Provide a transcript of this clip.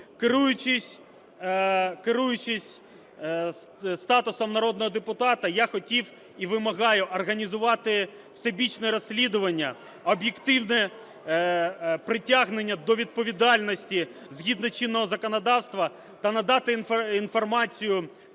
керуючись статусом народного депутата, я хотів і вимагаю організувати всебічне розслідування, об'єктивне притягнення до відповідальності, згідно чинного законодавства, та надати інформацію